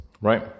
right